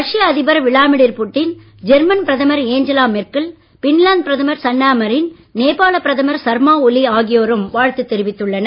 ரஷ்ய அதிபர் Vladimir Putin German பிரதமர் ஏஞ்சலா மெர்க்கல் பின்லாந்து பிரதமர் சன்னா மரின் நேபாளப் பிரதமர் சர்மா ஒலி ஆகியோரும் வாழ்த்து தெரிவித்துள்ளனர்